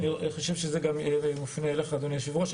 אני חושב שזה גם מופנה אליך אדוני היושב ראש.